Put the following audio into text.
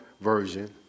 version